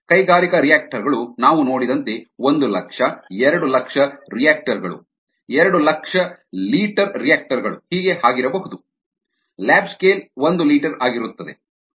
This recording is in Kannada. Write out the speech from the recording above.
ಕೈಗಾರಿಕಾ ರಿಯಾಕ್ಟರ್ ಗಳು ನಾವು ನೋಡಿದಂತೆ ಒಂದು ಲಕ್ಷ ಎರಡು ಲಕ್ಷ ರಿಯಾಕ್ಟರ್ ಗಳು ಎರಡು ಲಕ್ಷ ಲೀಟರ್ ರಿಯಾಕ್ಟರ್ ಗಳು ಹೀಗೆ ಆಗಿರಬಹುದು ಲ್ಯಾಬ್ ಸ್ಕೇಲ್ ಒಂದು ಲೀಟರ್ ಆಗಿರುತ್ತದೆ